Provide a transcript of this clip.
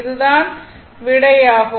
இது தான் விடை ஆகும்